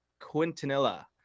Quintanilla